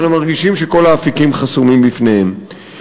אבל הם מרגישים שכל האפיקים חסומים בפניהם.